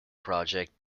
project